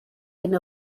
hyn